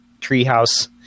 Treehouse